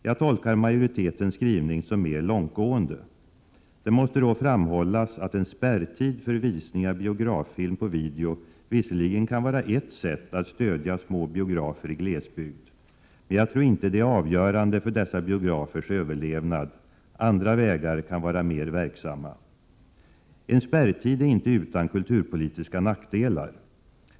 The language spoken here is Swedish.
Jag tolkar majoritetens skrivning som mer långtgående. Det måste då framhållas att en spärrtid för visning av biograffilm på video visserligen kan vara ett sätt att stödja små biografer i glesbygd. Men jag tror inte det är avgörande för dessa biografers överlevnad. Andra vägar kan vara mer verksamma. En spärrtid är inte utan kulturpolitiska nackdelar.